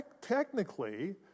technically